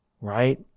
right